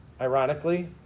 ironically